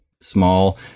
small